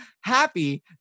happy